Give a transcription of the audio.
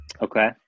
Okay